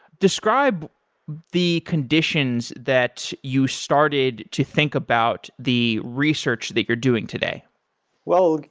describe the conditions that you started to think about the research that you're doing today well,